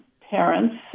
parents